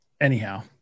Anyhow